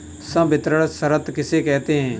संवितरण शर्त किसे कहते हैं?